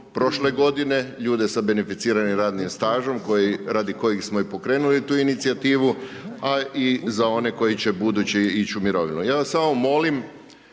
prošle godine, ljude sa beneficiranim radnim stažem, koji, radi kojih smo i pokrenuli tu inicijativu, a i za one koji će buduće ići u mirovinu. Ja vas samo molim